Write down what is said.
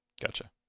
Gotcha